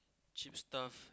cheap stuff